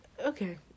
okay